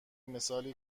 مثالی